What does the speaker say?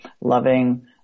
loving